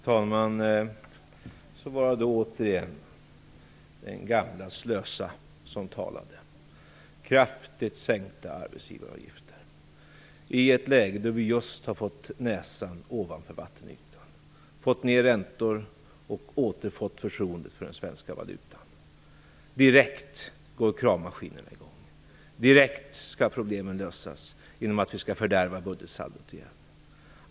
Fru talman! Så var det då återigen den gamla Slösa som talade: kraftigt sänkta arbetsgivaravgifter i ett läge då vi just har fått näsan ovanför vattenytan, fått ned räntor och återfått förtroendet för den svenska valutan. Direkt går kravmaskinen i gång. Direkt skall problemen lösas genom att vi skall fördärva budgetsaldot igen.